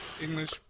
English